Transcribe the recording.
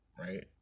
Right